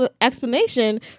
explanation